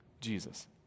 Jesus